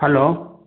hello